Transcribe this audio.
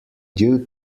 due